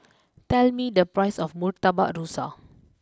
tell me the price of Murtabak Rusa